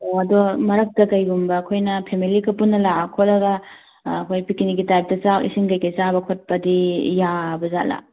ꯑꯣ ꯑꯗꯣ ꯃꯔꯛꯇ ꯀꯩꯒꯨꯝꯕ ꯑꯩꯈꯣꯏꯅ ꯐꯃꯂꯤꯒ ꯄꯨꯟꯅ ꯂꯥꯛꯑ ꯈꯣꯠꯂꯒ ꯑꯩꯈꯣꯏ ꯄꯤꯀꯤꯅꯤꯛꯀꯤ ꯇꯥꯏꯞꯇ ꯆꯥꯛ ꯏꯁꯤꯡ ꯀꯩ ꯀꯩ ꯆꯥꯕ ꯈꯣꯠꯄꯗꯤ ꯌꯥꯕꯖꯥꯠꯂꯥ